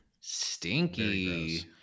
Stinky